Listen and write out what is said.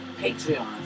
Patreon